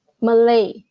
Malay